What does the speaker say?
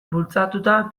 bultzatuta